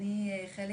אני חלק